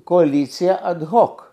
koaliciją adhok